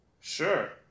Sure